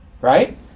Right